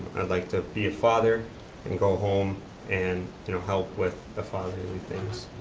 i'd like to be a father and go home and you know help with the fatherly things.